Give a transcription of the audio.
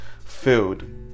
food